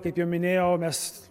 kaip jau minėjau mes